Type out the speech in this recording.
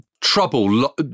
trouble